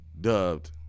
dubbed